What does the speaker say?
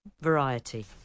variety